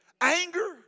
anger